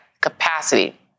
capacity